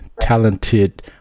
talented